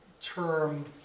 term